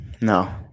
No